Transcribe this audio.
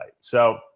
So-